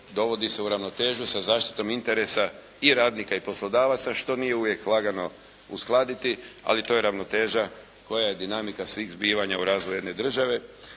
dovodi se u ravnotežu sa zaštitom interesa i radnika i poslodavaca što nije uvijek lagano uskladiti ali to je ravnoteža koja je dinamika svih zbivanja u razvoju jedne države